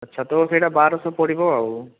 ଆଚ୍ଛା ତ ସେଇଟା ବାରଶହ ପଡ଼ିବ ଆଉ